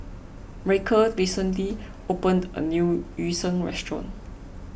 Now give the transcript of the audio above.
Ryker recently opened a new Yu Sheng restaurant